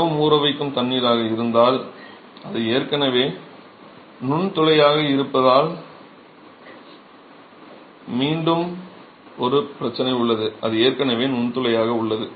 மிகவும் ஊறவைக்கும் நீராக இருந்தால் அது ஏற்கனவே நுண்துளையாக இருப்பதால் மீண்டும் ஒரு பிரச்சனை உள்ளது அது ஏற்கனவே நுண்துளையாக உள்ளது